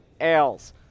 ales